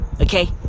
Okay